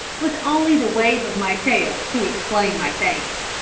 with only the wave of my tail to explain my thanks.